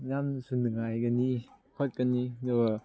ꯌꯥꯝꯅꯁꯨ ꯅꯨꯡꯉꯥꯏꯒꯅꯤ ꯈꯣꯠꯀꯅꯤ ꯑꯗꯨꯒ